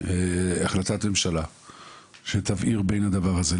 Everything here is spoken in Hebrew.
החלטת ממשלה שתבהיר בין הדבר הזה,